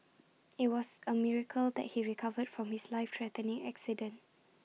IT was A miracle that he recovered from his life threatening accident